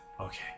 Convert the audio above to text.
Okay